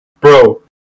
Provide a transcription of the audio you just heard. bro